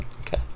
Okay